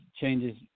changes